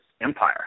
Empire